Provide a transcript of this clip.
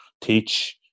teach